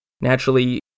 naturally